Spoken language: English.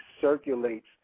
circulates